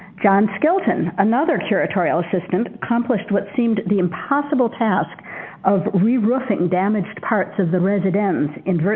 john skilton, another curatorial assistant, accomplished what seemed the impossible task of reroofing damaged parts of the ends in